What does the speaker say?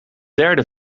derde